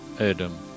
Adam